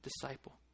disciple